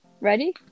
Ready